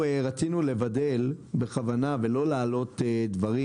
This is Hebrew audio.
רצינו לבדל בכוונה ולא להעלות דברים